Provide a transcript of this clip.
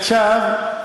עכשיו,